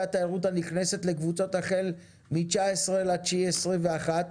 התיירות הנכנסת לקבוצות החל מ-19 בספטמבר 21,